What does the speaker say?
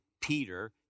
Peter